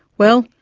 well,